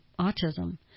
autism